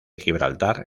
gibraltar